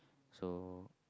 so